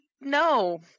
no